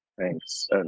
Thanks